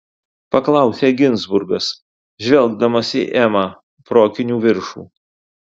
paklausė ginzburgas žvelgdamas į emą pro akinių viršų